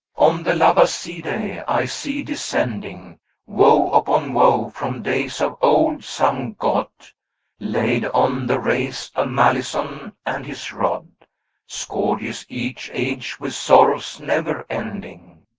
on the labdacidae i see descending woe upon woe from days of old some god laid on the race a malison, and his rod scourges each age with sorrows never ending.